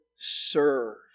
serve